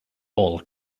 all